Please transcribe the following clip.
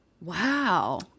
Wow